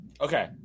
Okay